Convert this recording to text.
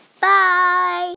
Bye